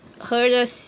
heard